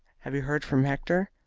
have you heard from hector?